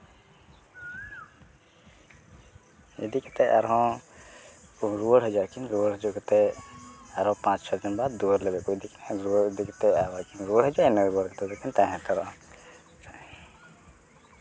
ᱤᱫᱤ ᱠᱟᱛᱮ ᱟᱨᱦᱚᱸ ᱠᱤᱱ ᱨᱩᱣᱟᱹᱲ ᱦᱤᱡᱩᱜ ᱟᱹᱠᱤᱱ ᱨᱩᱣᱟᱹᱲ ᱦᱤᱡᱩᱜ ᱠᱟᱛᱮ ᱟᱨᱚ ᱯᱟᱸᱪᱼᱪᱷᱚ ᱫᱤᱱ ᱵᱟᱫ ᱫᱩᱣᱟᱹᱨ ᱞᱮᱵᱮᱫ ᱠᱚ ᱤᱫᱤ ᱠᱤᱱᱟᱹ ᱨᱩᱣᱟᱹᱲ ᱤᱫᱤ ᱠᱟᱛᱮ ᱟᱵᱟᱨ ᱠᱤᱱ ᱨᱩᱣᱟᱹᱲ ᱦᱤᱡᱩᱜᱼᱟ ᱤᱱᱟᱹ ᱨᱩᱣᱟᱹᱲ ᱦᱮᱡ ᱠᱟᱛᱮ ᱟᱵᱟᱨ ᱠᱤᱱ ᱛᱟᱦᱮᱸ ᱩᱛᱟᱹᱨᱚᱜᱼᱟ